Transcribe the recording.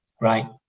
right